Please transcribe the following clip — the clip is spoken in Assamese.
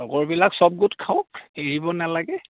লগৰবিলাক চব গোট খাওক এৰিব নেলাগে